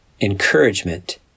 encouragement